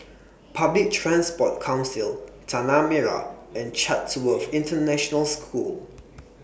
Public Transport Council Tanah Merah and Chatsworth International School